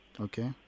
Okay